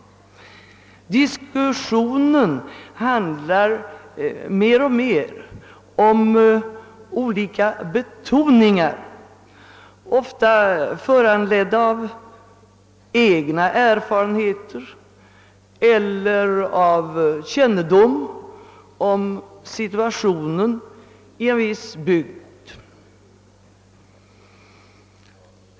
«Diskussionen handlar mer och mer om olika betoningar, ofta föranledda av egna erfarenheter eller av kännedom om situationen i en viss bygd.